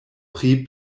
pri